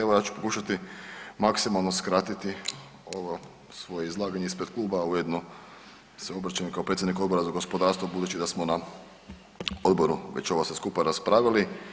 Evo ja ću pokušati maksimalno skratiti ovo svoje izlaganje ispred kluba, a ujedno se obraćam i kao predsjednik Odbora za gospodarstvo budući da smo na odboru već ovo sve skupa raspravili.